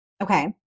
Okay